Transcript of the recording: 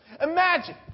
Imagine